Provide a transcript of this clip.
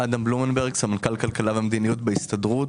אני סמנכ"ל כלכלה ומדיניות בהסתדרות.